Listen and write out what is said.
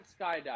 skydiving